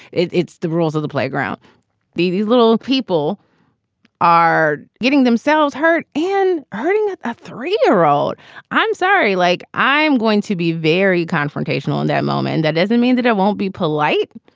it's the rules of the playground these little people are getting themselves hurt and hurting a three year old i'm sorry. like, i'm going to be very confrontational in that moment. that doesn't mean that i won't be polite.